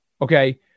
okay